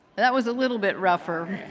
that was a little bit rougher.